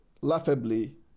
laughably